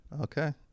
Okay